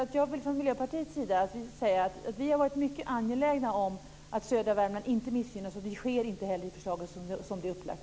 Jag vill alltså från Miljöpartiets sida säga att vi har varit mycket angelägna om att södra Värmland inte missgynnas, och så sker inte heller med det förslag som nu är framlagt.